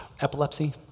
epilepsy